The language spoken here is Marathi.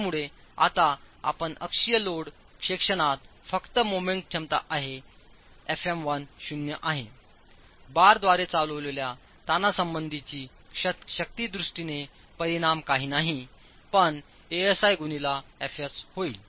त्यामुळे आता आपण अक्षीय लोड सेक्शनात फक्त मोमेंट क्षमता आहे fm1 शून्य आहे बार द्वारे चालवलेल्या ताणा संबंधीची शक्ती दृष्टीने परिणाम काही नाही पणAsiगुणीलाFs होईल